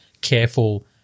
careful